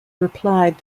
replied